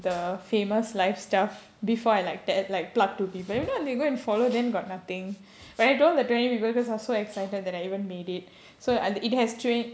the famous life stuff before I like the like plug to people you know you go and follow then got nothing but I don't told the twenty people because I was so excited that I even made it so I it has three